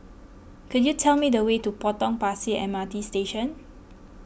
could you tell me the way to Potong Pasir M R T Station